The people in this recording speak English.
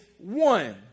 One